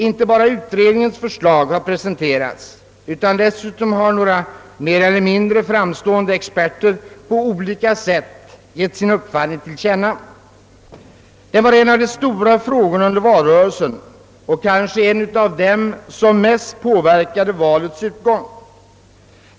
Inte bara utredningens förslag har presenterats, utan dessutom har några mer eller mindre framstående experter på olika sätt givit sin uppfattning till känna. Den var en av de stora frågorna under valrörelsen och kanske en av dem som mest påverkade valets utgång.